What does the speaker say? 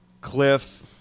Cliff